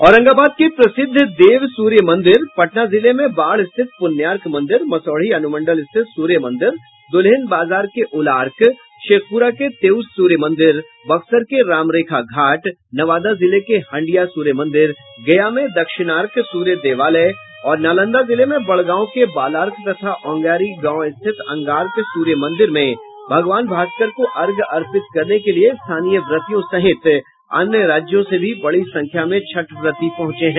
औरंगाबाद के प्रसिद्ध देव सूर्य मंदिर पटना जिले में बाढ़ स्थित पुण्यार्क मंदिर मसौढ़ी अनुमंडल स्थित सूर्य मंदिर दुल्हिन बाजार के उलार्क शेखपुरा के तेउस सूर्य मंदिर बक्सर के राम रेखा घाट नवादा जिले के हंडिया सूर्य मंदिर गया में दक्षिणार्क सूर्य देवालय और नालंदा जिले में बड़गांव के बालार्क तथा औगांरी गांव स्थित अंगार्क सूर्य मंदिर में भगवान भास्कर को अर्घ्य अर्पित करने के लिये स्थानीय व्रतियों सहित अन्य राज्यों से भी बड़ी संख्या में छठ व्रती पहुंचे हैं